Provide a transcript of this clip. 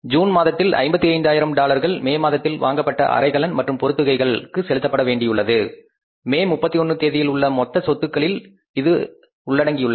June மாதத்தில் 55000 டாலர்கள் May மாதத்தில் வாங்கப்பட்ட அறைகலன் மற்றும் பொருட்களுக்கு செலுத்தப்பட வேண்டியவை மே 31 தேதியில் உள்ள மொத்த செலுத்துதல்களில் இது உள்ளடங்கியுள்ளது